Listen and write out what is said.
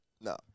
no